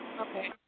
okay